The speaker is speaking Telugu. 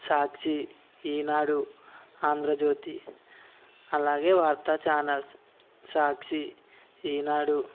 సాక్షి ఈనాడు ఆంధ్రజ్యోతి అలాగే వార్త ఛానల్స్ సాక్షి ఈనాడు